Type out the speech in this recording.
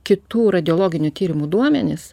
kitų radiologinių tyrimų duomenis